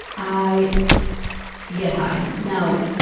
i get high. now,